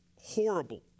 horrible